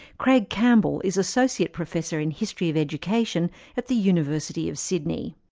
craig campbell is associate professor in history of education at the university of sydney.